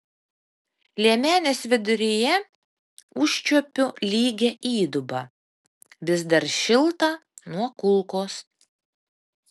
liemenės viduryje užčiuopiu lygią įdubą vis dar šiltą nuo kulkos